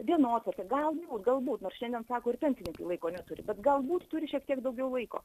dienotvarkę galbūt galbūt nors šiandien sako ir pensininkai laiko neturi bet galbūt turi šiek tiek daugiau laiko